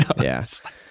Yes